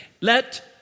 Let